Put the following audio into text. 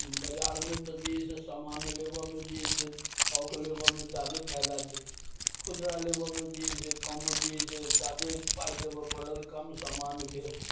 बजारमे तऽ जे हइ से समान लेबऽमे जे हइ से थोक लेबऽमे ज्यादे फाइदा छै खुदरा लेबऽमे जे हइ से कम जे हइ से ज्यादे पाइ देबऽ पड़ल कम समान भेल